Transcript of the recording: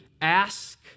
ask